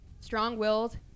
Strong-willed